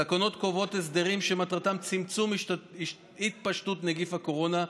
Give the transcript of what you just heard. התקנות קובעות הסדרים שמטרתם צמצום התפשטות נגיף הקורונה,